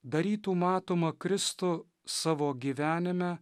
darytų matomą kristų savo gyvenime